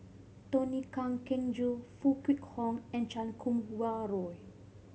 Tony Kan Keng Joo Foo Kwee Horng and Chan Kum Wah Roy